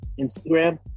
Instagram